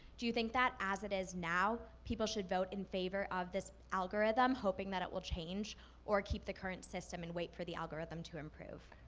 do you think that as it is now, people should vote in favor of this algorithm, hoping that it will change or keep the current system and wait for the algorithm to improve?